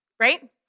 Right